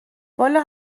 والا